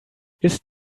ist